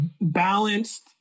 balanced